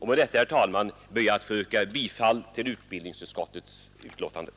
Med detta, herr talman, ber jag att få yrka bifall till utbildningsutskottets hemställan.